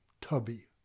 tubby